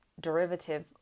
derivative